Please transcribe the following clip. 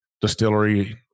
distillery